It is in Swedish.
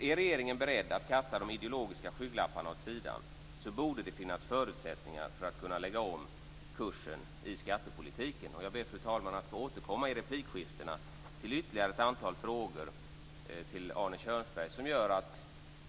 Är regeringen beredd att kasta de ideologiska skygglapparna åt sidan borde det finnas förutsättningar för att kunna lägga om kursen i skattepolitiken. Jag ber, fru talman, att få återkomma i replikskiftena till ytterligare ett antal frågor till Arne Kjörnsberg.